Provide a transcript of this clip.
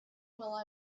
while